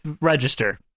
register